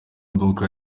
maduka